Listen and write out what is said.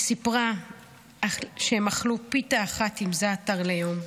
היא סיפרה שהם אכלו פיתה אחת עם זעתר ליום,